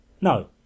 No